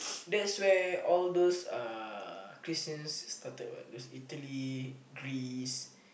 that's where all those uh Christians started what those Italy Greece